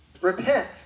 Repent